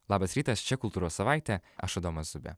labas rytas čia kultūros savaitė aš adomas zubė